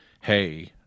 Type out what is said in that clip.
hey